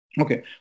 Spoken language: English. Okay